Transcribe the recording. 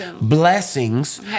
blessings